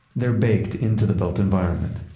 they're baked into the built environment.